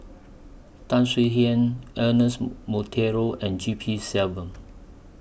Tan Swie Hian Ernest Monteiro and G P Selvam